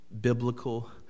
biblical